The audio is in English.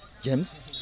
James